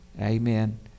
Amen